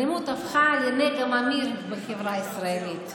האלימות הפכה לנגע ממאיר בחברה הישראלית.